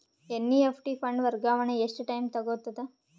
NEFT fund ವರ್ಗಾವಣೆ ಎಷ್ಟ time ತೋಗೊತದ?